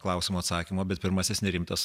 klausimo atsakymo bet pirmasis nerimtas